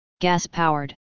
Gas-powered